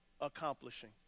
accomplishing